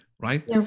right